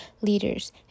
leaders